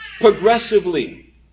progressively